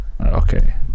Okay